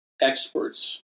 experts